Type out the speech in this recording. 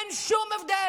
אין שום הבדל.